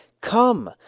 Come